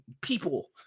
people